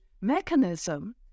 mechanism